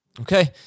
Okay